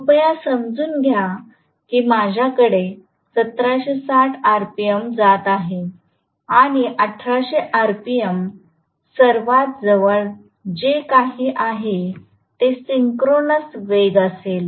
कृपया समजून घ्या की माझ्याकडे 1760 आरपीएम जात आहे आणि 1800 आरपीएम सर्वात जवळ जे काही आहे ते सिंक्रोनस वेग असेल